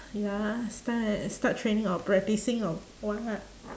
ya start uh start training or practising or what